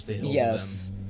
yes